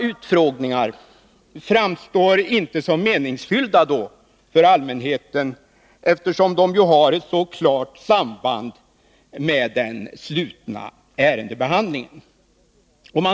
Utfrågningar framstår då inte såsom meningsfyllda för allmänheten, eftersom de ju har ett så klart samband med den slutna ärendebehandlingen.